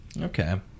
Okay